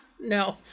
No